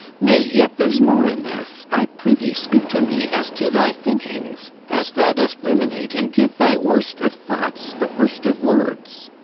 nay, yet there's more in this i pr'ythee, speak to me as to thy thinkings, as thou dost ruminate and give thy worst of thoughts the worst of words.